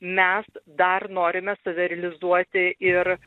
mes dar norime save realizuoti ir